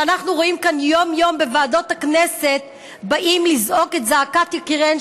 שאנחנו רואים כאן יום-יום בוועדות הכנסת באות לזעוק את זעקת יקיריהן